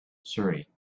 surrey